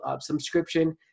subscription